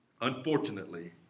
unfortunately